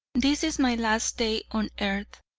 this is my last day on earth,